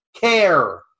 care